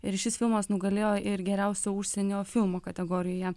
ir šis filmas nugalėjo ir geriausio užsienio filmo kategorijoje